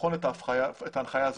לבחון את ההנחיה הזאת.